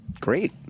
Great